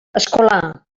escolà